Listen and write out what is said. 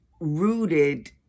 rooted